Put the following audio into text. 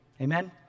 Amen